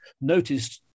noticed